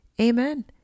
Amen